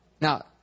Now